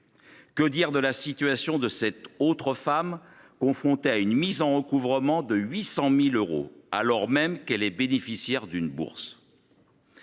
Que dire de la situation de cette autre femme confrontée à une mise en recouvrement de 800 000 euros, alors même qu’elle est bénéficiaire d’une bourse ?